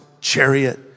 chariot